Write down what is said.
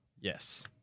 Yes